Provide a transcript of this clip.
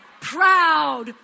proud